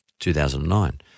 2009